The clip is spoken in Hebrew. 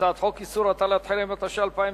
הצעת חוק איסור הטלת חרם, התש"ע 2010,